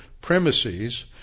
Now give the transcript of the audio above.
premises